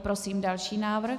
Prosím další návrh.